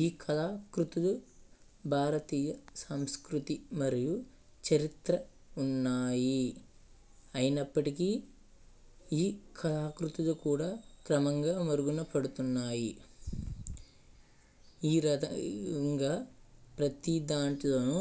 ఈ కళాకృతులు భారతీయ సంస్కృతి మరియు చరిత్ర ఉన్నాయి అయినప్పటికీ ఈ కళాకృతులు కూడా క్రమంగా మరుగున పడుతున్నాయి ఈ రధ అంగా ప్రతి దాంట్లోనూ